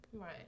right